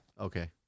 Okay